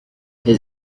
his